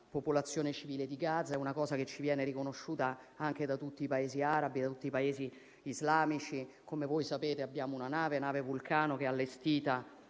popolazione civile di Gaza (è una cosa che ci viene riconosciuta anche da tutti i Paesi arabi e islamici): come sapete, abbiamo una nave, la Vulcano, allestita